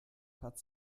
hat